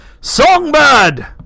Songbird